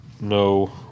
no